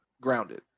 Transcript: grounded